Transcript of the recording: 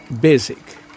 basic